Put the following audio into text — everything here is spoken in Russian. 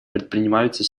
предпринимаются